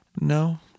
No